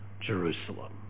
Jerusalem